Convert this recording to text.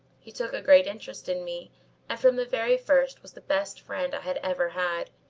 he took a great interest in me and from the very first was the best friend i had ever had.